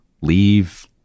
leave